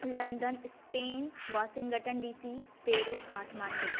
London Spain Washington D C Paris Kathmandu